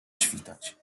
świtać